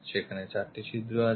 সেখানে চারটি ছিদ্র আছে